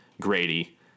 Grady